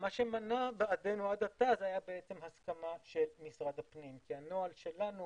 מה שמנע בעדנו עד עתה זה הסכמה של משרד הפנים כי הנוהל שלנו